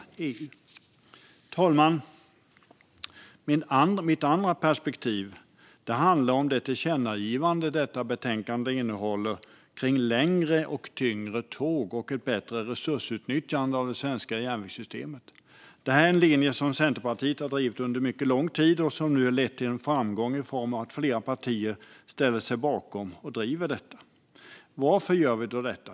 Fru talman! Mitt andra perspektiv handlar om det förslag till tillkännagivande som finns i betänkandet om längre och tyngre tåg och ett bättre resursutnyttjande av det svenska järnvägssystemet. Det är en linje som Centerpartiet har drivit under mycket lång tid och som nu har lett till framgång i form av att flera partier ställer sig bakom och driver detta. Varför gör vi det?